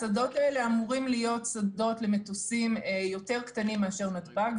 השדות האלה אמורים להיות שדות למטוסים קטנים יותר מאשר נתב"ג.